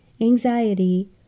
anxiety